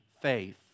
faith